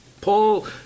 Paul